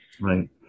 Right